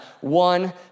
one